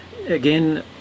again